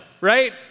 right